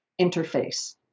interface